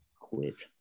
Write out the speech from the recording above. quit